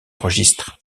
registres